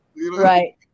Right